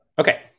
Okay